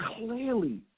clearly